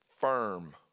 firm